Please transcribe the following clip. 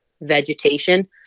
vegetation